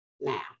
Now